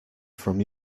from